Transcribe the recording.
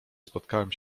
spotkałem